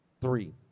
Three